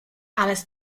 alice